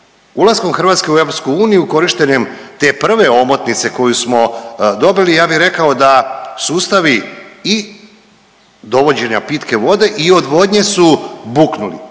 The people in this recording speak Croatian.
Ulaskom Hrvatske u EU korištenjem te prve omotnice koju smo dobili ja bi rekao da sustavi i dovođenja pitke vode i odvodnje su buknuli.